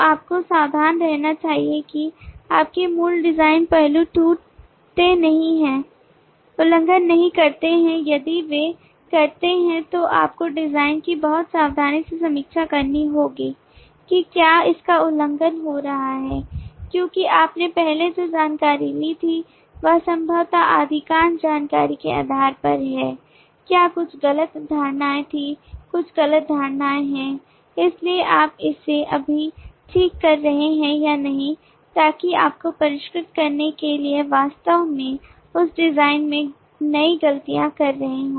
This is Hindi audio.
आपको सावधान रहना चाहिए कि आपके मूल डिजाइन पहलू टूटे नहीं हैं उल्लंघन नहीं करते हैं यदि वे करते हैं तो आपको डिजाइन की बहुत सावधानी से समीक्षा करनी होगी कि क्या इसका उल्लंघन हो रहा है क्योंकि आपने पहले जो जानकारी ली थी वह संभवतः आंशिक जानकारी के आधार पर है क्या कुछ गलत धारणाएँ थीं कुछ गलत धारणाएँ हैं इसलिए आप इसे अभी ठीक कर रहे हैं या नहीं ताकि आपको परिष्कृत करने के लिए वास्तव में उस डिज़ाइन में नई गलतियाँ कर रहे हों